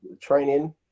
training